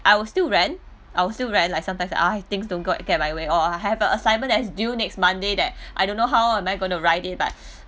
I will still rant I will still rant like sometime ugh things don't go get my way all or I have a assignment that due next monday that I don't know how am I gonna write it but